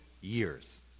years